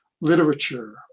literature